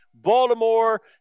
Baltimore